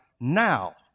now